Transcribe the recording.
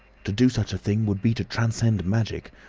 to do such a thing would be to transcend magic.